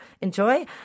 enjoy